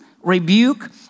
rebuke